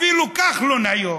אפילו כחלון היום,